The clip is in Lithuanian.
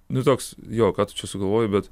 nu toks jo ką tu čia sugalvojai bet